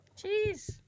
Jeez